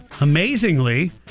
Amazingly